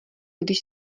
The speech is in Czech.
když